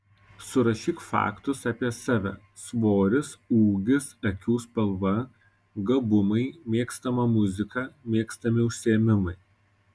surašyk faktus apie save svoris ūgis akių spalva gabumai mėgstama muzika mėgstami užsiėmimai